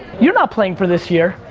you're not playing for this year.